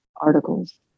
articles